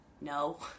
no